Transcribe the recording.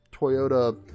Toyota